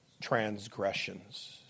transgressions